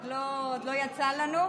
עוד לא יצא לנו.